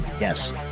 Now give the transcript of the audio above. yes